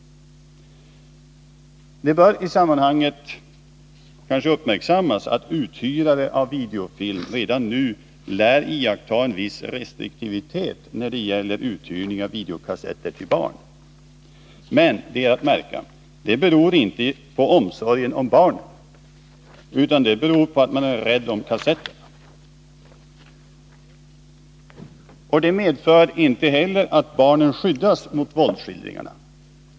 Det bör i sammanhanget uppmärksammas att uthyrare av videofilm lär iaktta en viss restriktivitet när det gäller uthyrning av videokassetter till barn. Men det är att märka att det beror inte på omsorg om barnen, utan det beror på att man är rädd om kassetterna. Detta medför emellertid inte att barnen skyddas mot våldsskildringarna.